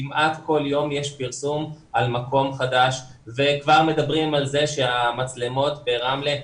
כמעט כל יום יש פרסום על מקום חדש וכבר מדברים על כך שהמצלמות ברמלה,